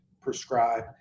prescribe